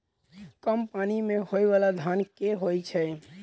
कम पानि मे होइ बाला धान केँ होइ छैय?